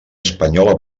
espanyola